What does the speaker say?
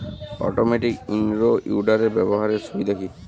Automatic in row উইডারের ব্যবহারের সুবিধা কি?